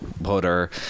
butter